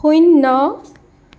শূন্য